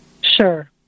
Sure